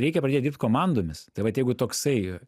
reikia pradėt dirbt komandomis tai vat jeigu toksai